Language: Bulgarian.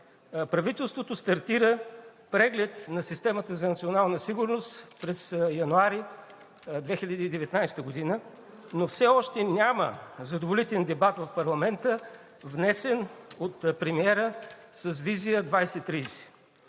Правителството стартира преглед на системата за национална сигурност през януари 2019 г., но все още няма задоволителен дебат в парламента, внесен от премиера с визия 2030.